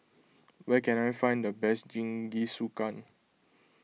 where can I find the best Jingisukan